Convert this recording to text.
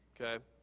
Okay